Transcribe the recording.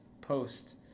post